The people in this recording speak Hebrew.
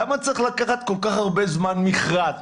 למה צריך לקחת כל כך הרבה זמן מכרז?